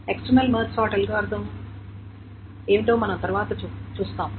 external merge sort algorithm ఏమిటో మనం తరువాత చూస్తాము